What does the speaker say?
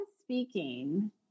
speaking